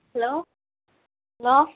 hello hello